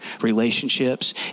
relationships